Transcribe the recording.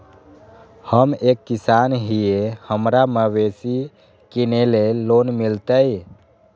हम एक किसान हिए हमरा मवेसी किनैले लोन मिलतै?